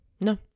No